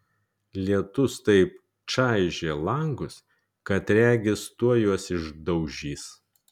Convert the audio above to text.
lietus taip čaižė langus kad regis tuoj juos išdaužys